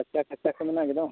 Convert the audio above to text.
ᱠᱟᱪᱟ ᱠᱟᱪᱟ ᱠᱚ ᱢᱮᱱᱟᱜ ᱜᱮᱫᱚ